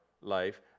life